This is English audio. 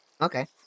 Okay